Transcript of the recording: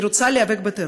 שרוצה להיאבק בטרור,